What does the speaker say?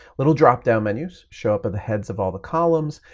little drop-down menus show up at the heads of all the columns,